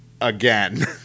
again